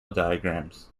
diagrams